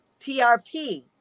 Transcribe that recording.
TRP